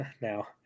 Now